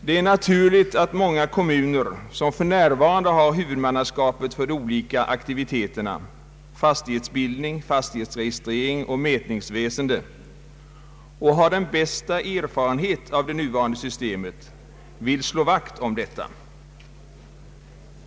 Det är naturligt att många kommuner, som för närvarande har huvudmannaskapet för de olika aktiviteterna — fastighetsbildning, <fastighetsregistrering och mätningsväsende — och har den bästa erfarenhet av det nuvarande systemet, vill slå vakt om detta.